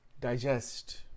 Digest